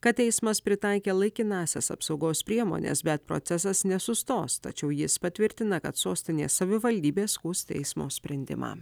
kad teismas pritaikė laikinąsias apsaugos priemones bet procesas nesustos tačiau jis patvirtina kad sostinės savivaldybė skųs teismo sprendimą